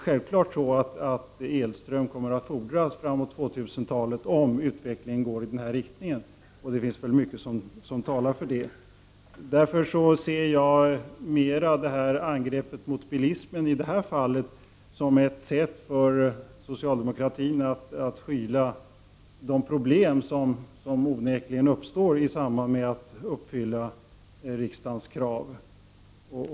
Självfallet kommer elström att fordras framåt 2000-talet om utvecklingen går i denna rikting, och det finns mycket som talar för det. Därför ser jag ingreppet mot bilsimen i det här fallet mera som ett sätt för socialdemokratin att skyla över de problem som onekligen uppstår i samband med uppfyllandet av riksdagens krav.